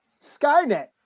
Skynet